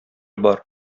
бар